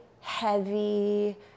heavy